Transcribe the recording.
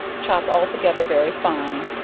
chop all together very fine,